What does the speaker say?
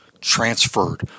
transferred